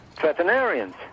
veterinarians